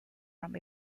from